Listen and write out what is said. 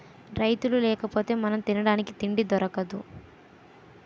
రైతులు లేకపోతె మనం తినడానికి తిండి దొరకదు